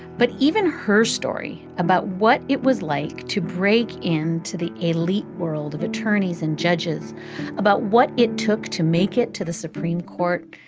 but even her story about what it was like to break into the elite world of attorneys and judges about what it took to make it to the supreme court.